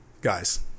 Guys